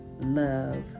love